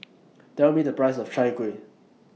Tell Me The Price of Chai Kueh